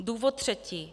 Důvod třetí.